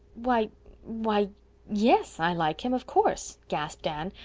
why why yes, i like him, of course, gasped anne,